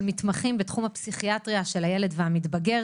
10-8 מתמחים בתחום הפסיכיאטריה של הילד והמתבגר